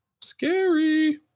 Scary